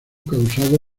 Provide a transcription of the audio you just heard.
causado